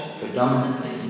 predominantly